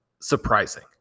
surprising